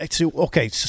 Okay